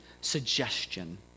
suggestion